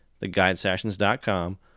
theguidesessions.com